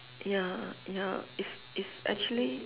ya ya it's it's actually